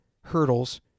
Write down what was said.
hurdles